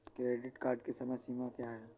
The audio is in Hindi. क्रेडिट कार्ड की समय सीमा क्या है?